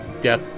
death